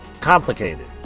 complicated